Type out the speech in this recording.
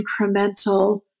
incremental